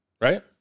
right